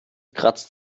kratzt